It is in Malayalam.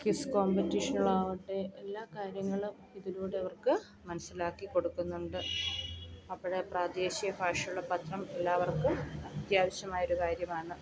ക്വിസ് കോമ്പറ്റീഷനുകളാവട്ടെ എല്ലാ കാര്യങ്ങളും ഇതിലൂടെ അവർക്ക് മനസ്സിലാക്കി കൊടുക്കുന്നുണ്ട് അപ്പോൾ പ്രാദേശിക ഭാഷയിലുള്ള പത്രം എല്ലാവർക്കും അത്യാവശ്യമായൊരു കാര്യമാണ്